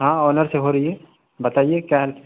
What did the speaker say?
ہاں اونر سے ہو رہی ہے بتائیے کیا ہیلپ